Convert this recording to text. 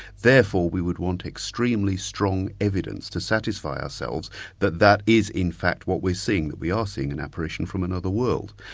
therefore, we would want extremely strong evidence to satisfy ourselves that that is in fact what we're seeing, that we are seeing an apparition from another world.